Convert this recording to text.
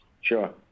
Sure